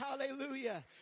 Hallelujah